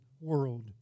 world